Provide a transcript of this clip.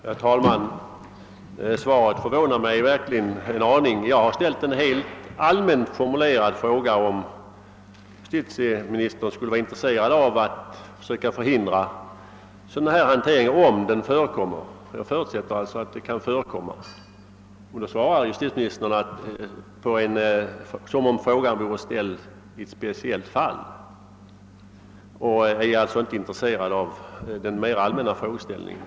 Herr talman! Svaret förvånar mig verkligen en aning. Jag har ställt en helt allmänt formulerad fråga om huruvida justitieministern skulle vara intresserad av att söka förhindra sådan här hantering, om den förekommer. Jag förutsätter alltså att den kan förekomma. Då svarar justitieministern som om frågan vore ställd i ett speciellt fall; han är således inte intresserad av den mera allmänna frågeställningen.